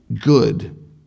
good